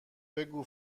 بگو